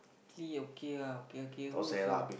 actually okay ah okay okay who is your